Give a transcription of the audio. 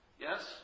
Yes